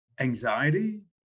anxiety